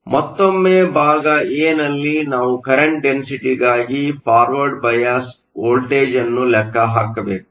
ಆದ್ದರಿಂದ ಮತ್ತೊಮ್ಮೆ ಭಾಗ ಎನಲ್ಲಿ ನಾವು ಕರೆಂಟ್ ಡೆನ್ಸಿಟಿ ಗಾಗಿ forward bias voltage forward bias voltage ಅನ್ನು ಲೆಕ್ಕ ಹಾಕಬೇಕು